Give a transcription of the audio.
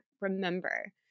remember